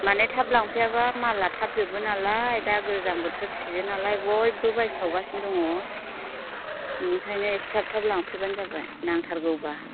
मानि थाब लांफैयाबा मालआ थाब जोबो नालाय दा गोजां बोथोर सिजेन नालाय बयबो बायसावगासिनो दङ बिनिखायनो एसे थाब थाब लांफैबानो जाबाय नांथारगौबा